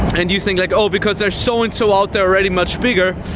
and you think like, oh, because there's so and so out there already much bigger.